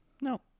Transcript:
No